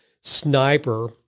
sniper